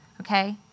okay